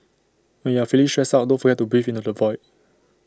when you are feeling stressed out don't forget to breathe into the void